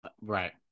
right